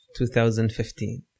2015